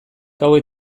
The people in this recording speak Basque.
hauek